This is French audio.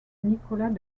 nicolas